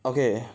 okay